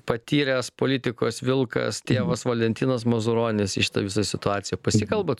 patyręs politikos vilkas tėvas valentinas mazuronis į šitą visą situaciją pasikalbat